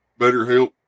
BetterHelp